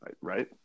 right